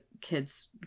kids